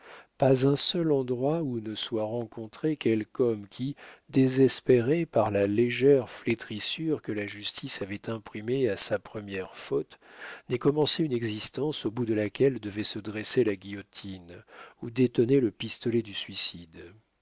pas un seul endroit où ne se soit rencontré quelque homme qui désespéré par la légère flétrissure que la justice avait imprimée à sa première faute n'ait commencé une existence au bout de laquelle devait se dresser la guillotine ou détoner le pistolet du suicide